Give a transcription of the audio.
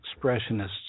expressionists